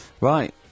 Right